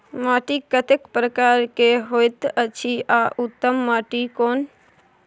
माटी कतेक प्रकार के होयत अछि आ उत्तम माटी कोन?